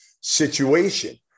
situation